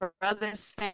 brother's